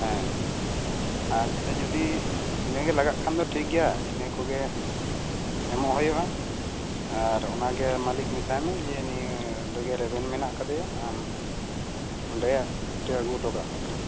ᱦᱮᱸ ᱟᱪᱪᱷᱟ ᱡᱩᱫᱤ ᱤᱱᱟᱹ ᱜᱮ ᱞᱟᱜᱟᱜ ᱠᱷᱟᱱ ᱫᱚ ᱴᱷᱤᱠ ᱜᱮᱭᱟ ᱤᱱᱟᱹ ᱠᱚᱜᱮ ᱮᱢᱚᱜ ᱦᱩᱭᱩᱜᱼᱟ ᱟᱨ ᱚᱱᱟ ᱜᱮ ᱢᱟᱹᱞᱤᱠ ᱢᱮᱛᱟᱭ ᱢᱮ ᱡᱮ ᱱᱤᱭᱟᱹ ᱨᱮᱜᱮ ᱨᱮᱵᱮᱱ ᱢᱮᱱᱟᱜ ᱟᱠᱟᱫᱮᱭᱟ ᱟᱢ ᱚᱸᱰᱮ ᱤᱴᱟᱹ ᱟᱹᱜᱩ ᱚᱴᱚᱠᱟᱜ ᱢᱮ